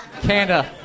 Canada